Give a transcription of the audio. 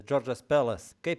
džordžas pelas kaip